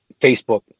Facebook